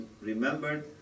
remembered